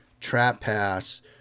trap-pass